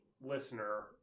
listener